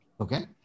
Okay